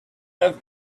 have